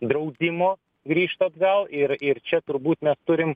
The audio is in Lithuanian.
draudimo grįžt atgal ir ir čia turbūt mes turim